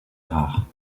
rare